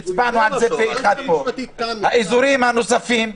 שהצבענו על זה פה פה אחד, אזורים נוספים,